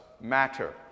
matter